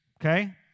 Okay